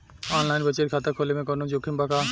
Online बचत खाता खोले में कवनो जोखिम बा का?